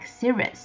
series